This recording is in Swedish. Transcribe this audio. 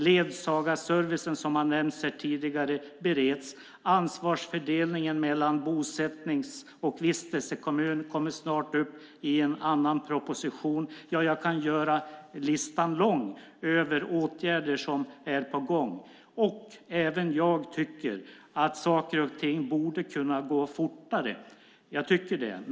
Ledsagarservicen, som har nämnts här tidigare, bereds. Ansvarsfördelningen mellan bosättnings och vistelsekommun kommer snart upp i en annan proposition. Jag kan göra listan lång över åtgärder som är på gång. Även jag tycker att saker och ting borde kunna gå fortare - det gör jag.